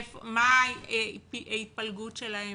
מה ההתפלגות שלהם,